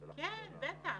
כן, בטח.